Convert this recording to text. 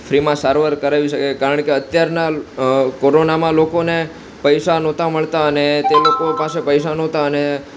ફ્રીમાં સારવાર કરાવી શકે કારણ કે અત્યારના કોરોનામાં લોકોને પૈસા નહોતા મળતા અને તે લોકો પાસે પૈસા નહોતા અને